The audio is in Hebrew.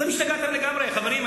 אתם השתגעתם לגמרי, חברים?